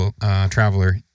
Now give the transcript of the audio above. traveler